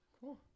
Cool